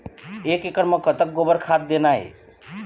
एक एकड़ म कतक गोबर खाद देना ये?